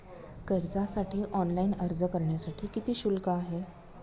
कर्जासाठी ऑनलाइन अर्ज करण्यासाठी किती शुल्क आहे?